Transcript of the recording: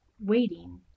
waiting